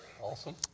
Awesome